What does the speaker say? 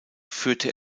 führte